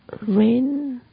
rain